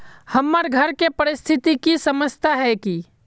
हमर घर के परिस्थिति के समझता है की?